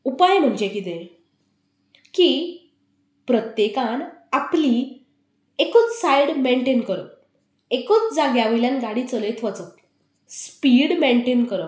उपाय म्हणजे कितें की प्रत्येकान आपली एकच सायड मेंनटेन करप एकूच जाग्या वयल्यान गाडी चलयत वचप स्पीड मेंटेन करप